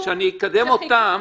שאני אקדם אותן.